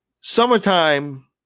Summertime